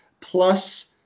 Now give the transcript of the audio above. Plus